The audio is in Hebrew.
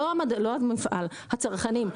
לא המפעל, הצרכנים.